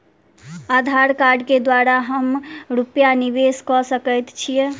आधार कार्ड केँ द्वारा हम रूपया निवेश कऽ सकैत छीयै?